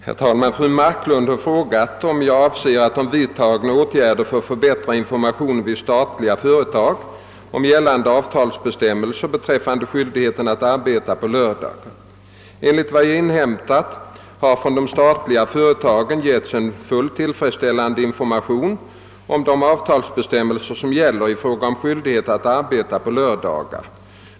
Herr talman! Fru Marklund har frågat mig om jag avser att vidtaga åtgärder för att förbättra informationen vid statliga företag om gällande avtalsbestämmelser beträffande skyldigheten att arbeta på lördagar. Enligt vad jag har inhämtat har från de statliga företagen getts en fullt tillfredsställande information om de avtalsbestämmelser som gäller i fråga om skyldigheten att arbeta på lördagar.